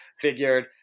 figured